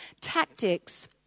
tactics